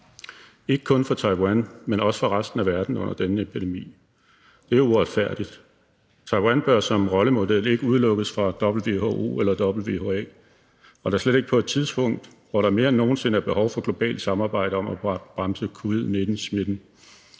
ikke kun for Taiwan, men også for resten af verden under denne epidemi. Det er uretfærdigt. Taiwan bør som rollemodel ikke udelukkes fra WHO eller WHA og da slet ikke på et tidspunkt, hvor der mere end nogensinde er behov for globalt samarbejde om at bremse covid-19-smitten.